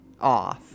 off